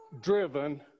driven